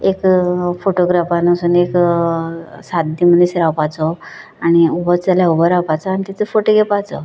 एक फोटोग्राफान वचून एक साद्य मनीस रावपाचो आनी उबोच जाल्यार उबो रावपाचो आनी तेचो फोटो घेवपाचो